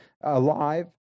alive